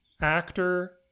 actor